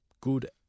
good